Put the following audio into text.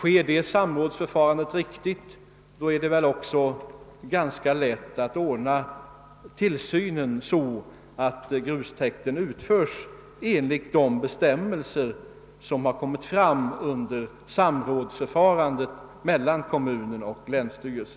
Om detta samråd sker på ett riktigt sätt är det ganska lätt att ordna tillsynen så att grustäkten utföres enligt de bestämmelser som kommit fram under samrådsförfarandet mellan kommun och länsstyrelse.